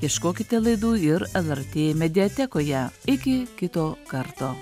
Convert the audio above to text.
ieškokite laidų ir lrt mediatekoje iki kito karto